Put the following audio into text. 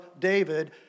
David